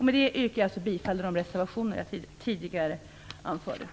Med detta yrkar jag alltså bifall till reservationerna enligt vad jag tidigare anfört.